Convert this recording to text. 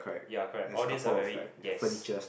ya correct all these are very yes